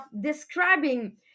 describing